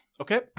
Okay